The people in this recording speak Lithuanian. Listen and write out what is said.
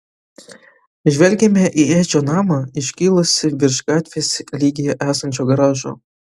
žvelgėme į edžio namą iškilusį virš gatvės lygyje esančio garažo